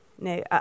No